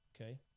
Okay